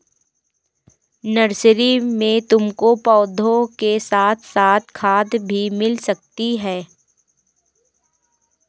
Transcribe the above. nursery में तुमको पौधों के साथ साथ खाद भी मिल सकती है